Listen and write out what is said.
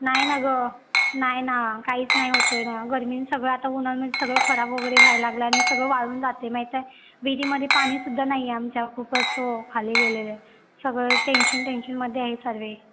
नाही ना गं नाही ना काहीच नाही होत आहे ना गर्मीने सगळं आता उन्हानं सगळं खराब वगैरे व्हायला लागलं आणि सगळं वाळून जाते माहीत आहे विहिरीमध्ये पाणीसुद्धा नाही आहे आमच्या खूपच हो खाली गेलेलं आहे सगळं टेन्शन टेन्शनमध्ये आहेत सर्व